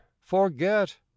forget